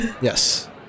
Yes